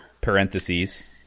Parentheses